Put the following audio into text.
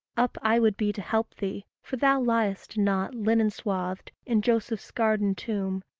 up i would be to help thee for thou liest not, linen-swathed in joseph's garden-tomb,